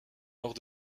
lors